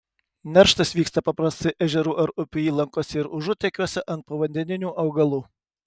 nerštas vyksta paprastai ežerų ar upių įlankose ir užutekiuose ant povandeninių augalų